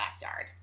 backyard